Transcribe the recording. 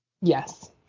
Yes